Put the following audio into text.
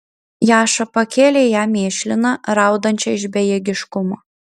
jaša pakėlė ją mėšliną raudančią iš bejėgiškumo